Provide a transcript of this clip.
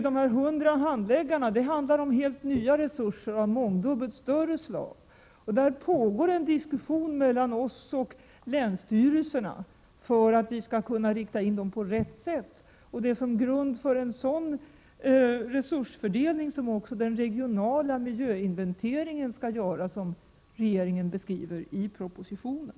De hundra handläggarna gäller helt nya resurser av mångdubbelt slag. Det pågår en diskussion mellan oss och länsstyrelserna för att vi skall kunna rikta in resurserna på rätt sätt. Det är som grund för en sådan resursfördelning som också den regionala miljöinventering skall göras som regeringen beskriver det i propositionen.